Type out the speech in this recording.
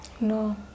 No